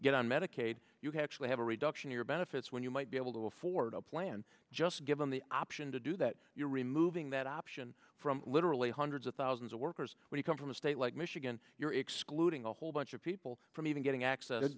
get on medicaid you can actually have a reduction your benefits when you might be able to afford a plan just given the option to do that you're removing that option from literally hundreds of thousands of workers when you come from a state like michigan you're excluding a whole bunch of people from even getting acce